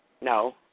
No